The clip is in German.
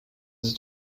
ist